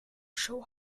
show